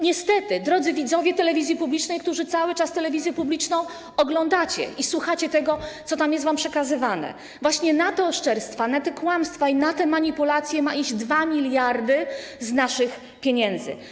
Niestety, drodzy widzowie telewizji publicznej, którzy cały czas telewizję publiczną oglądacie i słuchacie tego, co w niej jest wam przekazywane, właśnie na te oszczerstwa, na te kłamstwa i na te manipulacje ma iść 2 mld zł z naszych pieniędzy.